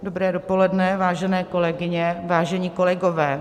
Dobré dopoledne, vážené kolegyně, vážení kolegové.